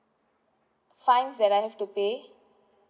fines that I have to pay